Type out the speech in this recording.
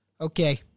Okay